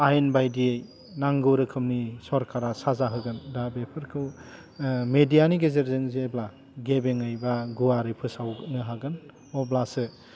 आयेन बायदियै नांगौ रोखोमनि सरकारा साजा होगोन दा बेफोरखौ मेदियानि गेजेरजों जेब्ला गेबेङै बा गुवारै फोसावनो हागोन अब्लासो